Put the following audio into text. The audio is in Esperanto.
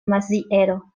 maziero